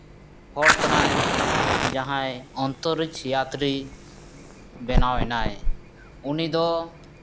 ᱦᱚᱲ ᱠᱟᱱᱟᱭ ᱡᱟᱦᱟᱸᱭ ᱚᱱᱛᱚᱨᱥᱤᱭᱟᱛᱨᱤ ᱵᱮᱱᱟᱣ ᱮᱱᱟᱭ ᱩᱱᱤ ᱫᱚ